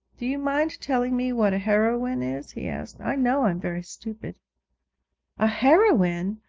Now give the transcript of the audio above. do you mind telling me what a heroine is he asked. i know i'm very stupid a heroine?